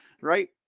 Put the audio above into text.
right